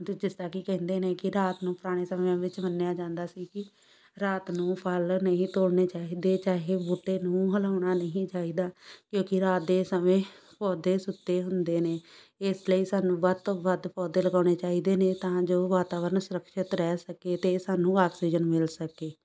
ਜਿਸ ਤਰ੍ਹਾਂ ਕਿ ਕਹਿੰਦੇ ਨੇ ਕਿ ਰਾਤ ਨੂੰ ਪੁਰਾਣੇ ਸਮਿਆਂ ਵਿੱਚ ਮੰਨਿਆ ਜਾਂਦਾ ਸੀ ਕਿ ਰਾਤ ਨੂੰ ਫਲ ਨਹੀਂ ਤੋੜਨੇ ਚਾਹੀਦੇ ਚਾਹੇ ਬੂਟੇ ਨੂੰ ਹਿਲਾਉਣਾ ਨਹੀਂ ਚਾਹੀਦਾ ਕਿਉਂਕਿ ਰਾਤ ਦੇ ਸਮੇਂ ਪੌਦੇ ਸੁੱਤੇ ਹੁੰਦੇ ਨੇ ਇਸ ਲਈ ਸਾਨੂੰ ਵੱਧ ਤੋਂ ਵੱਧ ਪੌਦੇ ਲਗਾਉਣੇ ਚਾਹੀਦੇ ਨੇ ਤਾਂ ਜੋ ਵਾਤਾਵਰਨ ਸੁਰੱਖਿਅਤ ਰਹਿ ਸਕੇ ਅਤੇ ਸਾਨੂੰ ਆਕਸੀਜਨ ਮਿਲ ਸਕੇ